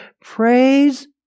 praise